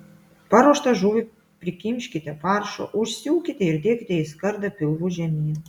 paruoštą žuvį prikimškite faršo užsiūkite ir dėkite į skardą pilvu žemyn